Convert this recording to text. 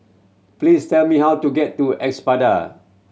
please tell me how to get to Espada